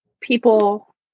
people